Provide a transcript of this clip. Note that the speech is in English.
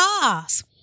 cars